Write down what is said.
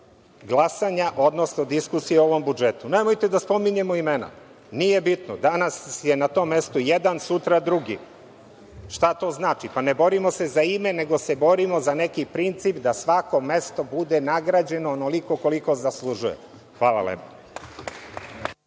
glasanja, odnosno diskusije o ovom budžetu. Nemojte da spominjemo imena. Nije bitno, danas je na tom mestu jedan, sutra drugi. Šta to znači? Pa, ne borimo se za ime, nego se borimo za neki princip, da svako mesto bude nagrađeno onoliko koliko zaslužuje. Hvala lepo.